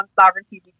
sovereignty